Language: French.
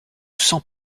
cent